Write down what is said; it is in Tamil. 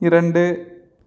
இரண்டு